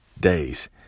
days